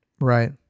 Right